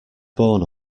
born